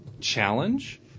challenge